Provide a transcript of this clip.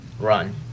Run